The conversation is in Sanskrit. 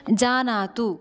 जानातु